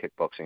kickboxing